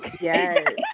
Yes